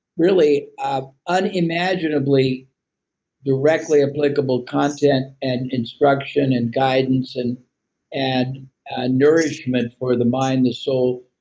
really ah unimaginably directly applicable content and instruction and guidance and and nourishment for the mind, the soul,